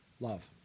love